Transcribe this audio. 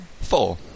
Four